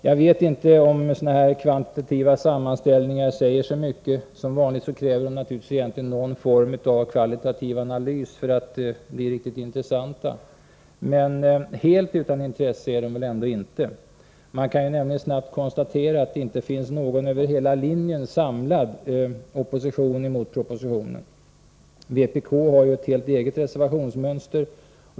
Jag vet inte om sådana här kvantitativa sammanställningar säger så mycket. Som vanligt krävs naturligtvis någon form av kvalitativ analys för att siffrorna skall bli riktigt intressanta. Men helt utan intresse är det väl ändå inte. Man kan snabbt konstatera att det inte finns någon över hela linjen samlad opposition mot propositionen. Vpk har ett helt eget reservationsmönster.